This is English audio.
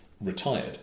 retired